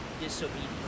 disobedience